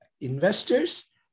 investors